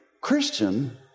Christian